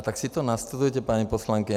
Tak si to nastudujte, paní poslankyně.